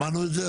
שמענו את זה.